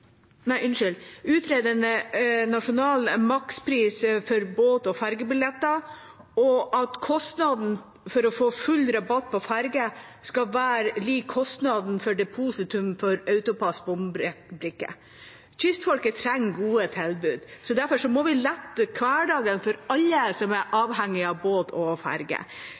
nasjonal makspris for båt- og fergebilletter, og at kostnaden for å få full rabatt på ferge skal være lik kostnaden for depositumet for AutoPASS-bombrikke. Kystfolket trenger gode tilbud. Derfor må vi lette hverdagen for alle som er avhengig av båt og ferge.